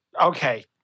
Okay